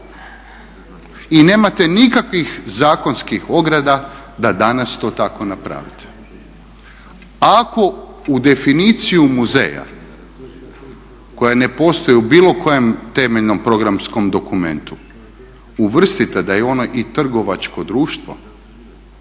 I nemate nikakvih zakonskih ograda da danas to tako napravite. Ako u definiciju muzeja koja ne postoji u bilo kojem temeljnom programskom dokumentu uvrstite da je … i trgovačko društvo